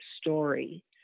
story